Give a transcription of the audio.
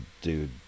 dude